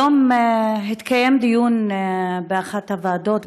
היום התקיים דיון באחת הוועדות,